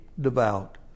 devout